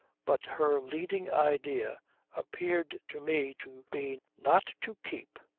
but her leading idea appeared to me to be not to keep,